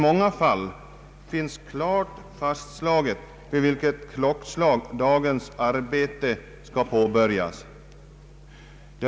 I många fall är det klart fastslaget vid vilket klockslag dagens arbete skall påbörjas.